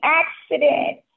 accident